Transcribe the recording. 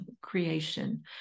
creation